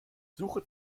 suche